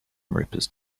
rippers